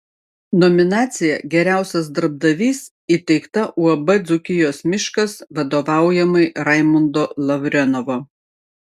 nominacija geriausias darbdavys įteikta uab dzūkijos miškas vadovaujamai raimundo lavrenovo